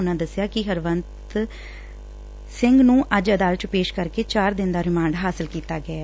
ਉਨੂਾਂ ਦਸਿਆ ਕਿ ਹਰਵੰਤ ਸਿੰਘ ਨੂੰ ਅੱਜ ਅਦਾਲਤ ਚ ਪੇਸ਼ ਕਰਕੇ ਚਾਰ ਦਿਨ ਦਾ ਰਿਮਾਂਡ ਹਾਸਲ ਕੀਤਾ ਗਿਐ